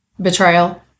Betrayal